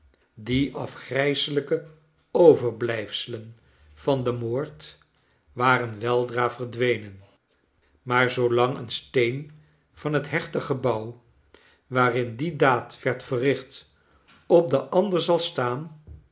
die afgrijselijke overblijfselen van den moord waren weldra verdwenen maar zoolang een steen van het hechte gebouw waarin die daad werd verricht op den ander zal staan